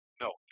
No